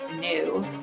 new